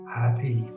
happy